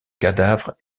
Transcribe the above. cadavre